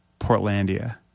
Portlandia